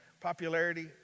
popularity